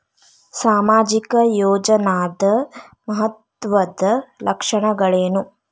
ಸಾಮಾಜಿಕ ಯೋಜನಾದ ಮಹತ್ವದ್ದ ಲಕ್ಷಣಗಳೇನು?